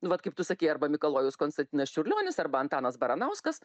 vat kaip tu sakei arba mikalojus konstantinas čiurlionis arba antanas baranauskas